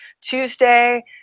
Tuesday